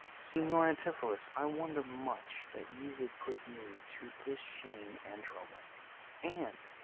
signior andpholus, i wonder much that you would put me to this shame and trouble and,